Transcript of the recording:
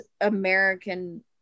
American